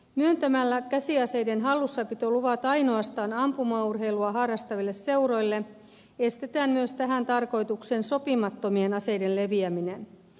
myöntämällä käsiaseiden hallussapitoluvat ainoastaan ampumaurheilua harrastaville seuroille estetään myös tähän tarkoitukseen sopimattomien aseiden leviäminen